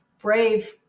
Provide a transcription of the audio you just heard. brave